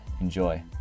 Enjoy